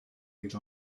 fydd